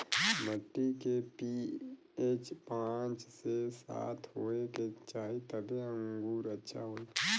मट्टी के पी.एच पाँच से सात होये के चाही तबे अंगूर अच्छा होई